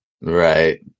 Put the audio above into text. Right